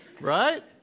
Right